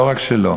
לא רק שלו,